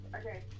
Okay